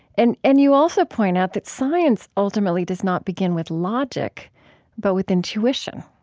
and and you also point out that science ultimately does not begin with logic but with intuition.